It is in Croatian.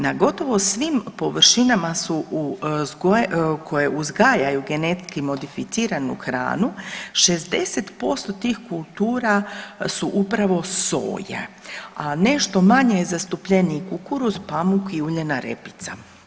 Na gotovo svim površinama su koje uzgajaju genetski modificiranu hranu 60% tih kultura su upravo soja, a nešto manje zastupljeniji kukuruz, pamuk i uljana repica.